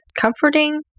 comforting